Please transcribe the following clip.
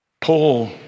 Paul